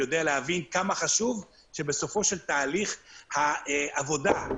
יודע להבין כמה חשוב שבסופו של תהליך עם התחנות